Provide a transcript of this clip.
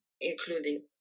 including